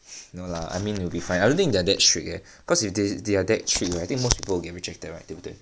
no lah I mean we will be fine I don't think that they're that strict eh cause if the~ they're that strict then most people will get rejected right 对不对